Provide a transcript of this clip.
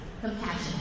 Compassion